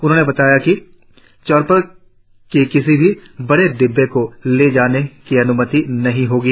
उन्होंने यह भी बताया कि चॉपर में किसी भी बड़े डिब्बे को ले जाने की अनुमति नहीं होगी